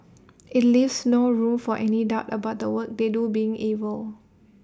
IT leaves no room for any doubt about the work they do being evil